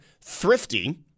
thrifty